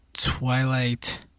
Twilight